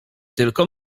tylko